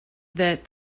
that